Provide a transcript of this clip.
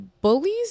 bullies